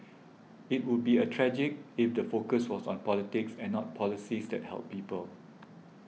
it would be a tragic if the focus was on politics and not policies that help people